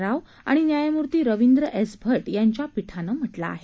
राव आणि न्यायमूर्ती रविंद्र एस भट यांच्या पीठानं म्हटलं आहे